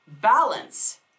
balance